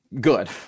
good